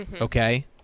Okay